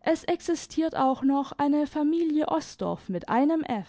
es existiert auch noch eine familie osdorf mit einem f